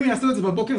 אם הם יעשו את זה בבוקר,